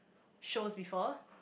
shows before